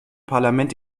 parlament